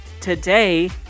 today